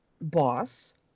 boss